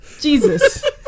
Jesus